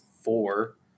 four